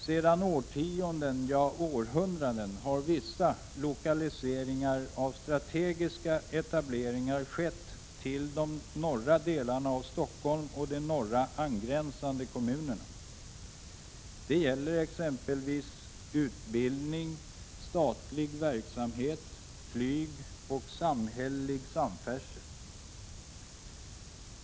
Sedan årtionden, ja århundraden har vissa lokaliseringar av strategiska etableringar skett till de norra delarna av Stockholm och de norra angränsande kommunerna. Detta gäller exempelvis utbildning, statlig verksamhet, flyg och samhällelig samfärdsel.